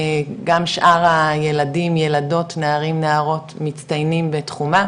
גם שאר הילדים ילדות נערים נערות מצטיינים בתחומם,